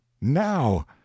Now